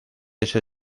ese